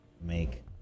make